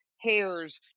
hairs